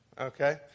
Okay